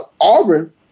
Auburn